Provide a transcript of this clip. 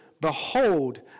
Behold